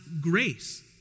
grace